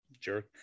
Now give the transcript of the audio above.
Jerk